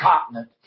continent